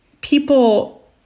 people